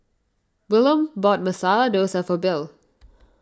Wilhelm bought Masala Dosa for Bill